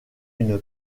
une